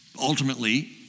ultimately